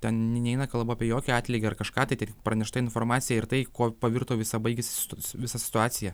ten neina kalba apie jokį atlygį ar kažką tai tik praneštą informaciją ir tai kuo pavirto visa baigėsi visa situacija